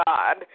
God